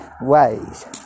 ways